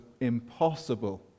impossible